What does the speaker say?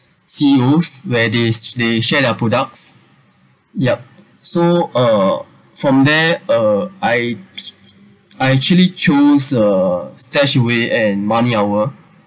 C_E_Os where they they share their products yup so uh from there uh I I actually chose uh StashAway and money hour